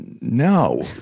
No